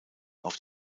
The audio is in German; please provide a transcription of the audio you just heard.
auf